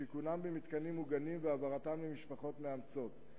שיכונם במתקנים מוגנים והעברתם למשפחות מאמצות.